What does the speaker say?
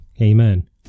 amen